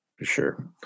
sure